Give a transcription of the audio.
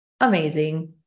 amazing